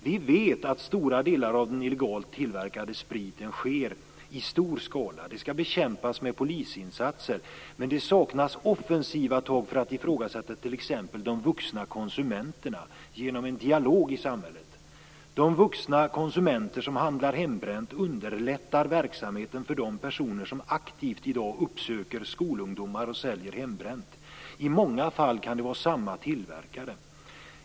Vi vet att sprit tillverkas illegalt i stor skala. Det skall bekämpas med polisinsatser, men det saknas offensiva tag för att ifrågasätta t.ex. de vuxna konsumenterna genom en dialog i samhället. De vuxna konsumenter som handlar hembränt underlättar verksamheten för de personer som aktivt uppsöker skolungdomar och säljer hembränt. I många fall kan det vara samma tillverkare.